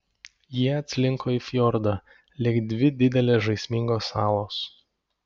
jie atslinko į fjordą lyg dvi didelės žaismingos salos